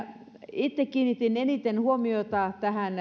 itse kiinnitin eniten huomiota tähän